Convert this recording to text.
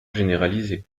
généralisé